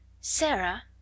Sarah